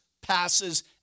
passes